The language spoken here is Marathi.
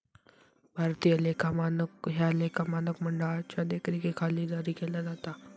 भारतीय लेखा मानक ह्या लेखा मानक मंडळाच्यो देखरेखीखाली जारी केला जाता